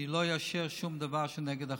אני לא אאשר שום דבר שהוא נגד החוק.